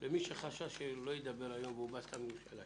בין הדוברים השונים כך שאין חשש שבאתם לשווא.